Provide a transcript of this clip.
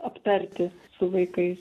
aptarti su vaikais